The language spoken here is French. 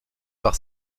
par